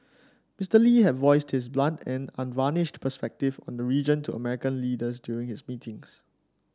Mister Lee had voiced his blunt and unvarnished perspectives on the region to American leaders during his meetings